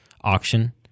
auction